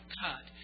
cut